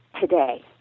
today